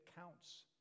counts